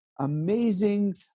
amazing